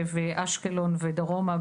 אשקלון ודרומה,